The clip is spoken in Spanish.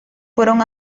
fueron